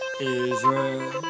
Israel